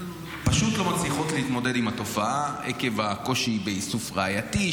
פשוט לא מצליחות להתמודד עם התופעה עקב הקושי באיסוף ראייתי,